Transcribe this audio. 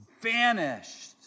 vanished